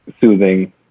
soothing